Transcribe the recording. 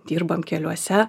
dirbam keliuose